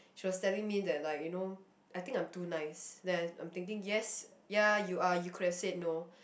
she was telling me that like you know I think I'm too nice then I I'm thinking yes ya you are you could have said no